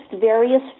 various